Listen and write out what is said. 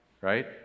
right